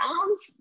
arms